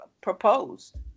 proposed